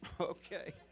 okay